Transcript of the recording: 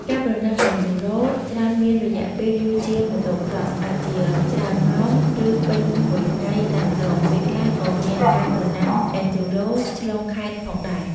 ការប្រណាំង អេនឌ្យូរ៉ូ (Enduro) ច្រើនមានរយៈពេលយូរជាង Motocross អាចជាច្រើនម៉ោង ឬពេញមួយថ្ងៃតែម្តង ពេលខ្លះក៏មានការប្រណាំង អេនឌ្យូរ៉ូ (Enduro) ឆ្លងខេត្តផងដែរ។